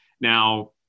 Now